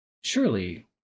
Surely